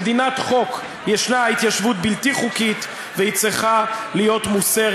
במדינת חוק יש התיישבות בלתי חוקית והיא צריכה להיות מוסרת,